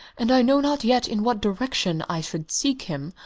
and i know not yet in what direction i should seek him.